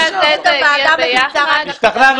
השתכנענו.